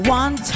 one